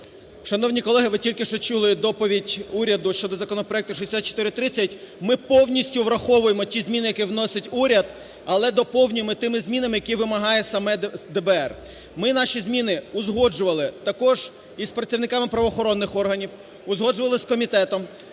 Шановні колеги, ви тільки що чули доповідь уряду щодо законопроекту 6430. Ми повністю враховуємо ті зміни, які вносить уряд, але доповнюємо тими змінами, які вимагає саме ДБР. Ми наші зміни узгоджували також із працівниками правоохоронних органів, узгоджували з комітетом.